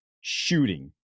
shooting